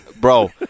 Bro